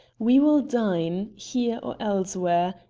we will dine, here or elsewhere,